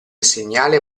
segnale